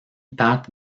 pat